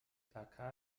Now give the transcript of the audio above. dhaka